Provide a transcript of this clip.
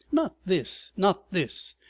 not this! not this!